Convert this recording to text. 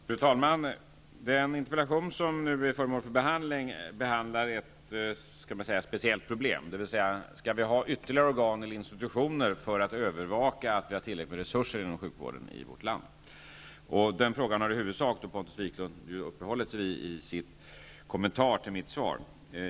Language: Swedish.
Fru talman! Den interpellation som nu är föremål för behandling behandlar ett speciellt problem. Skall vi ha ytterligare organ eller institutioner för att övervaka att vi har tillräckligt med resurser inom sjukvården i vårt land? Den frågan har Pontus Wiklund i huvudsak uppehållit sig vid i sin kommentar till mitt svar.